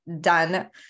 done